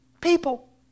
People